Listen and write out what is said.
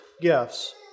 gifts